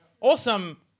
awesome